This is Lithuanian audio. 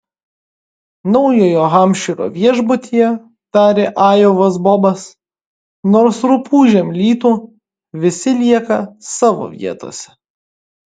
naujojo hampšyro viešbutyje tarė ajovos bobas nors rupūžėm lytų visi lieka savo vietose